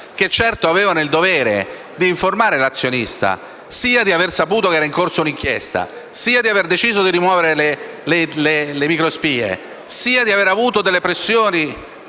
che avevano certo il dovere di informare l'azionista sia di aver saputo che era in corso un'inchiesta, sia di aver deciso di rimuovere le microspie, sia di aver ricevuto pressioni